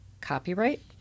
Copyright